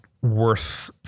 worth